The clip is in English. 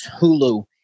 Hulu